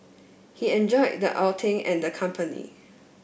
he enjoyed the outing and the company